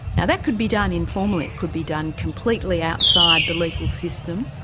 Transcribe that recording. now, that could be done informally. it could be done completely outside the legal system,